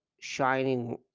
shining